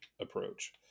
approach